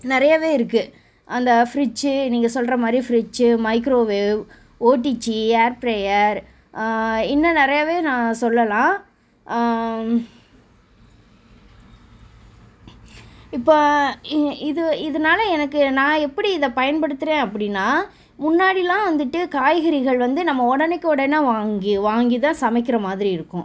நிறையவே இருக்குது அந்த ஃப்ரிட்ஜு நீங்கள் சொல்கிற மாதிரி fridge microwave OTG air fryer இன்னும் நிறையவே நான் சொல்லலாம் இப்போ இ இது இதனால எனக்கு நான் எப்படி இதை பயன்படுத்துகிறேன் அப்படின்னா முன்னாடிலாம் வந்துட்டு காய்கறிகள் வந்து நம்ம உடனைக் உடனே வாங்கி வாங்கி தான் சமைக்கிற மாதிரி இருக்கும்